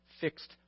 fixed